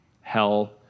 Hell